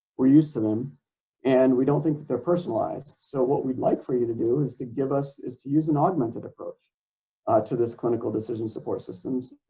we're used to them and we don't think they're personalized so what we'd like for you to do is to give us. is to use an augmented approach to this clinical decision support systems.